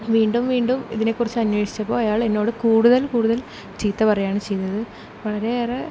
വീണ്ടും വീണ്ടും ഇതിനെക്കുറിച്ച് അന്വേഷിച്ചപ്പോൾ അയാൾ എന്നോട് കൂടുതൽ കൂടുതൽ ചീത്ത പറയുകയാണ് ചെയ്തത് വളരെയേറെ